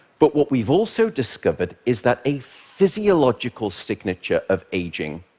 but what we've also discovered is that a physiological signature of aging